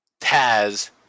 Taz